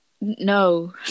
no